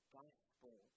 gospel